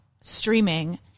streaming